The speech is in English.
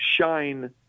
shine